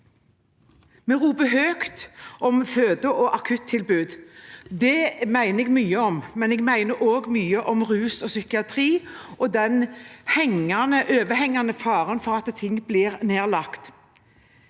Vi roper høyt om føde- og akuttilbud. Det mener jeg mye om, men jeg mener også mye om rus og psykiatri og den overhengende faren for at ting blir nedlagt.